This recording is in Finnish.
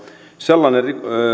sellainen